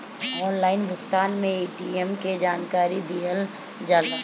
Online भुगतान में ATM के जानकारी दिहल जाला?